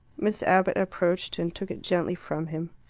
miss abbott approached, and took it gently from him.